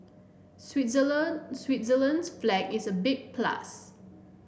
Switzerland Switzerland's flag is a big plus